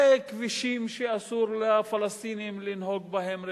זה כבישים שאסור לפלסטינים לנהוג בהם ברכבים,